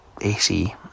AC